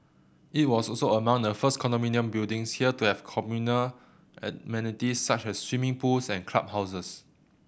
it was also among the first condominium buildings here to have communal amenities such as swimming pools and clubhouses